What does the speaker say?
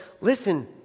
listen